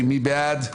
מי בעד?